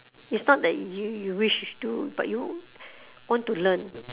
it's not that you you wish to but you want to learn